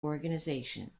organization